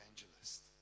evangelist